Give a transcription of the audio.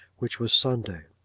which was sunday.